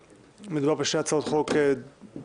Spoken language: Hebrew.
מדובר בשתי הצעות חוק דומות,